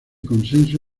consenso